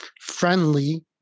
friendly